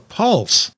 pulse